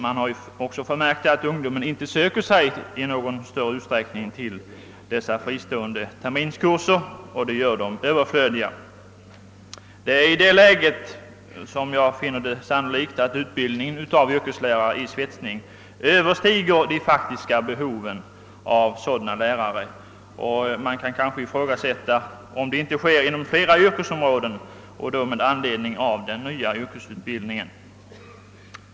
Det har också framgått att ungdomen inte i någon större utsträckning söker sig till dessa fristående terminskurser, vilket gör dessa överflödiga. I det läget finner jag det sannolikt att antalet utbildade yrkeslärare i svetsning överstiger det faktiska behovet av sådana lärare. Det kan ifrågasättas om inte det förhållandet förelig ger inom fler yrkesområden, just på grund av den nya yrkesutbildningen.